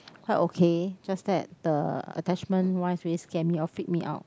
quite okay just that the attachment wise really scare me or freak me out